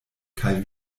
kaj